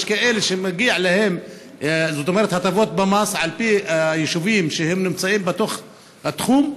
יש כאלה שמגיע להם הטבות מס על פי היישובים שהם נמצאים בתוך התחום,